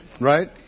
Right